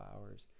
hours